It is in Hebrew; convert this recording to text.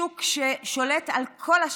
שוק ששולט על כל השרשרת,